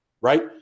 right